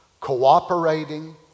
cooperating